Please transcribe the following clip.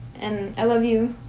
and i love you.